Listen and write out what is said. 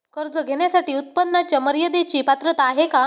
कर्ज घेण्यासाठी उत्पन्नाच्या मर्यदेची पात्रता आहे का?